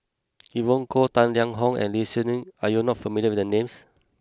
Evon Kow Tang Liang Hong and Lee Shih Shiong are you not familiar with the names